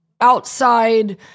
outside